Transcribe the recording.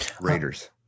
Raiders